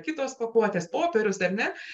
kitos pakuotės popierius ir ar ne bet vėlgi tada